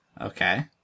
Okay